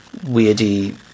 weirdy